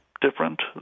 different